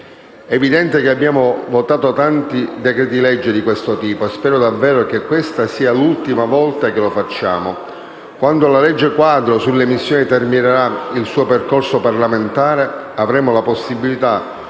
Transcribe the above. È evidente che abbiamo votato tanti decreti-legge di questo tipo e spero davvero che questa sia l'ultima volta che lo facciamo. Quando la legge quadro sulle missioni terminerà il suo percorso parlamentare avremo la possibilità,